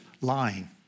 lying